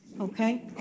okay